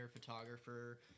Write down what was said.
photographer